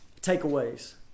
takeaways